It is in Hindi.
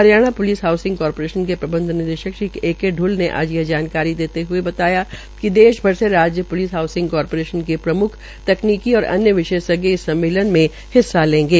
हरियाणा पुलिस हाउसिंग कारपोरेशन के प्रबंध निदेशक श्री ए के ढूल ने आज यह जानकारी देते हए बताया कि देश भर से राज्य प्लिस हाउसिंग कारपोरेशन के प्रम्ख तकनीकी और अन्य विशेषज्ञ इस सम्मेलन में भाग लेंगे